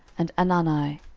and anani,